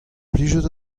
plijout